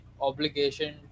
obligation